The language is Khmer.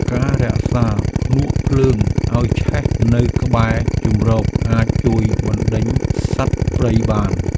ការរក្សាភ្នួកភ្លើងឱ្យឆេះនៅក្បែរជម្រកអាចជួយបណ្ដេញសត្វព្រៃបាន។